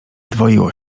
dwoiło